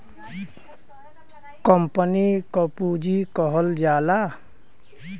company क पुँजी कहल जाला